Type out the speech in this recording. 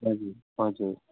हजुर हजुर